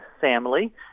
family